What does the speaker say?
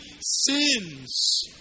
sins